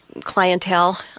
clientele